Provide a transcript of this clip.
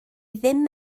ddim